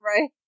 Right